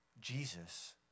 Jesus